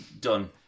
Done